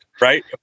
right